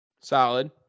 Solid